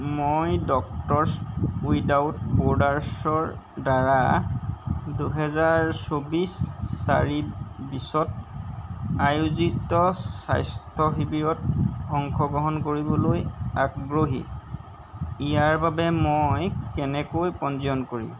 মই doctors without বৰ্ডাৰছৰ দ্বাৰা দুহেজাৰ চৌবিশ চাৰি বিশ ত আয়োজিত স্বাস্থ্য শিবিৰত অংশগ্ৰহণ কৰিবলৈ আগ্ৰহী ইয়াৰ বাবে মই কেনেকৈ পঞ্জীয়ন কৰিম